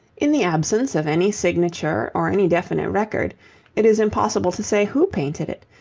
in the absence of any signature or any definite record it is impossible to say who painted it,